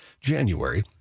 January